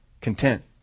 content